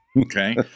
Okay